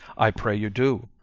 i pray you do.